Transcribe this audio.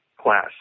class